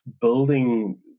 building